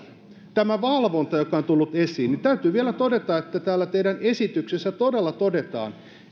tästä valvonnasta joka on tullut esiin täytyy vielä todeta että teidän esityksessänne todella todetaan